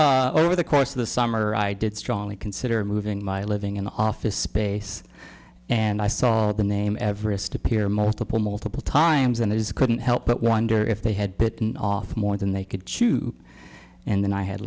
week over the course of the summer i did strongly consider moving my living in the office space and i saw the name everest appear multiple multiple times and there's couldn't help but wonder if they had bitten off more than they could chew and then i had